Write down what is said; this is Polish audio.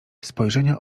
spojrzenia